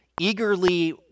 eagerly